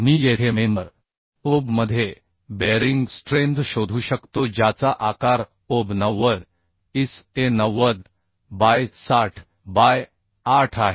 मी येथे member OB मध्ये bearing strength शोधू शकतो ज्याचा आकार OB 90 ISA 90 बाय 60 बाय 8 आहे